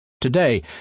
Today